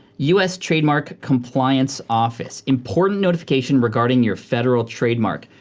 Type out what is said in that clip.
us trademark compliance office. important notification regarding your federal trademark.